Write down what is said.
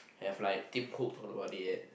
have like Tim-Cook talked about it yet